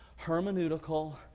hermeneutical